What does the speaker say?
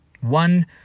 One